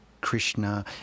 Krishna